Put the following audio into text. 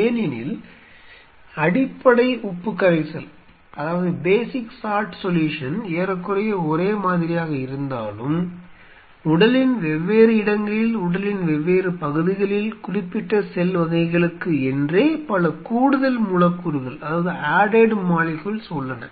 ஏனெனில் அடிப்படை உப்பு கரைசல் ஏறக்குறைய ஒரே மாதிரியாக இருந்தாலும் உடலின் வெவ்வேறு இடங்களில் உடலின் வெவ்வேறு பகுதிகளில் குறிப்பிட்ட செல் வகைகளுக்கு என்றே பல கூடுதல் மூலக்கூறுகள் உள்ளன